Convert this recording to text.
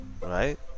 Right